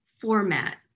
format